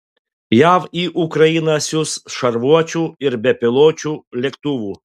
jav į ukrainą siųs šarvuočių ir bepiločių lėktuvų